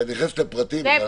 את נכנסת לפרטים.